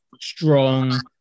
strong